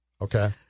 Okay